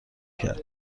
کرد